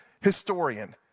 historian